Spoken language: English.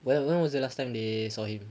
when when was the last time they saw him